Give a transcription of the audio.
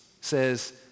says